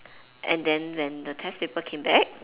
and then when the test paper came back